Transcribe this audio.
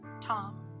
Tom